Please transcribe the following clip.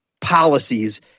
policies